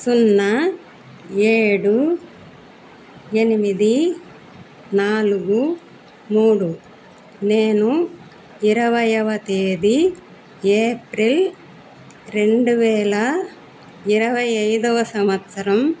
సున్నా ఏడు ఎనిమిది నాలుగు మూడు నేను ఇరవైవ తేదీ ఏప్రిల్ రెండు వేల ఇరవై ఐదవ సంవత్సరం